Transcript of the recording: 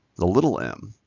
the little m,